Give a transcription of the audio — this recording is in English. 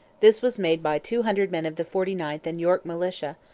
this was made by two hundred men of the forty ninth and york militia,